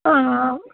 ആ ആ